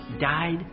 died